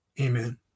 Amen